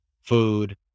food